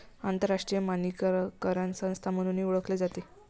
आंतरराष्ट्रीय मानकीकरण संस्था म्हणूनही ओळखली जाते